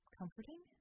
comforting